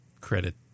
credit